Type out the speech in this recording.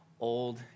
Old